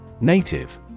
Native